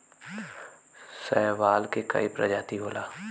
शैवाल के कई प्रजाति होला